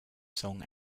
song